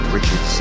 Richard